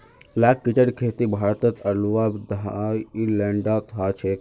लाख कीटेर खेती भारतेर अलावा थाईलैंडतो ह छेक